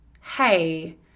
Hey